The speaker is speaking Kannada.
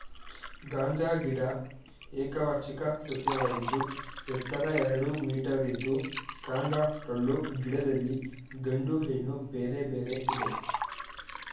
ಗಾಂಜಾ ಗಿಡ ಏಕವಾರ್ಷಿಕ ಸಸ್ಯವಾಗಿದ್ದು ಎತ್ತರ ಎರಡು ಮೀಟರಿದ್ದು ಕಾಂಡ ಟೊಳ್ಳು ಗಿಡದಲ್ಲಿ ಗಂಡು ಹೆಣ್ಣು ಬೇರೆ ಬೇರೆ ಇದೆ